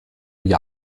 gli